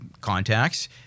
contacts